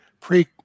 pre